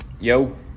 Yo